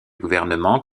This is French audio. gouvernement